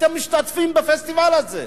אתם משתתפים בפסטיבל הזה.